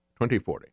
2040